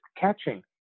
catching